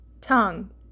tongue